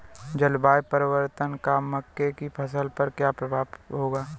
जलवायु परिवर्तन का मक्के की फसल पर क्या प्रभाव होगा?